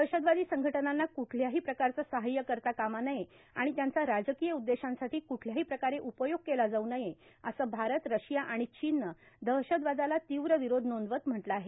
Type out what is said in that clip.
दहशतवादी संघटनांना क्ठल्याही प्रकारचं सहाय्य करता कामा नये आणि त्यांचा राजकीय उद्देशांसाठी कुठल्याही प्रकारे उपयोग केला जाऊ नये असं भारत रशिया आणि चीननं दहशतवादाला तीव्र विरोध नोंदवत म्हटलं आहे